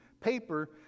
paper